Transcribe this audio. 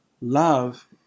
love